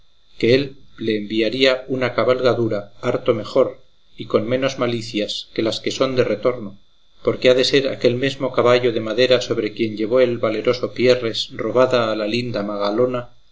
que él le enviaría una cabalgadura harto mejor y con menos malicias que las que son de retorno porque ha de ser aquel mesmo caballo de madera sobre quien llevó el valeroso pierres robada a la linda